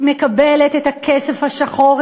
מקבלת את הכסף השחור,